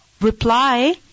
reply